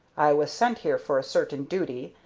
i was sent here for a certain duty,